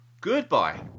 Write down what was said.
Goodbye